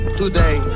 today